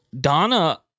Donna